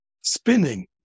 spinning